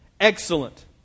excellent